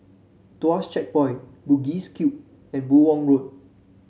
Tuas Checkpoint Bugis Cube and Buyong Road